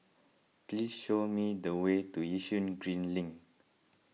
please show me the way to Yishun Green Link